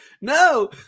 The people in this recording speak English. no